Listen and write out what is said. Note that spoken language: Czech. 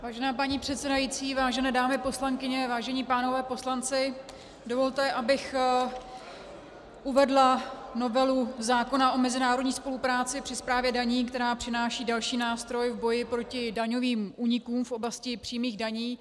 Vážená paní předsedající, vážené dámy poslankyně, vážení pánové poslanci, dovolte, abych uvedla novelu zákona o mezinárodní spolupráci při správě daní, která přináší další nástroj v boji proti daňovým únikům v oblasti přímých daní.